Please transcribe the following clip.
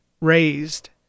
raised